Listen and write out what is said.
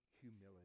humility